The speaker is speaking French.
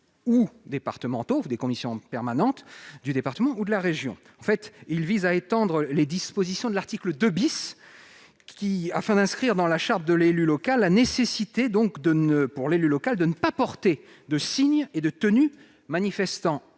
municipaux et des commissions permanentes du département ou de la région. Ainsi, il vise à étendre les dispositions de l'article 2 , afin d'inscrire dans la charte de l'élu local la nécessité, pour l'élu local, de ne pas porter de signes et de tenues manifestant